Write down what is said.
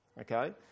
okay